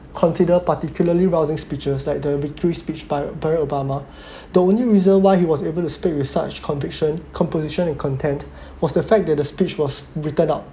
consider particularly rousing speeches like the victory speech by barack obama the only reason why he was able to speak with such conviction composition and content was the fact that a speech was written out